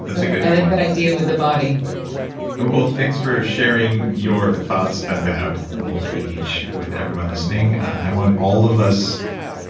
that's a good point i like that idea with the body well, thanks for sharing your thoughts about old age with everyone listening. i want all of us